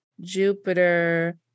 Jupiter